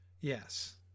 Yes